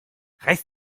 reiß